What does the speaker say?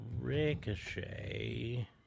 Ricochet